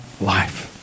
life